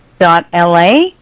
la